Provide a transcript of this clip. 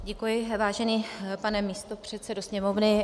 Děkuji, vážený pane místopředsedo Sněmovny.